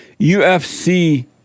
UFC